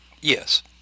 Yes